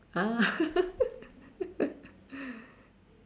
ah